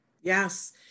Yes